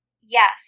yes